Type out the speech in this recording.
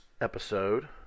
episode